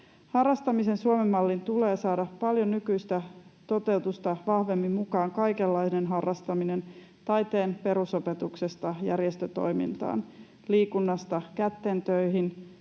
Harrastamisen Suomen malliin tulee saada paljon nykyistä toteutusta vahvemmin mukaan kaikenlainen harrastaminen taiteen perusopetuksesta järjestötoimintaan ja liikunnasta kättentöihin,